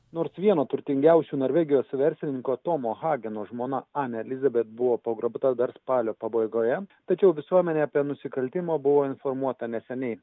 nors vieno turtingiausių norvegijos verslininko tomo hageno žmona ane elizabeth bet buvo pagrobta dar spalio pabaigoje tačiau visuomenė apie nusikaltimą buvo informuota neseniai